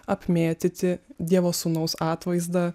apmėtyti dievo sūnaus atvaizdą